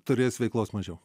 turės veiklos mažiau